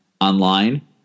online